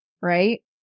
right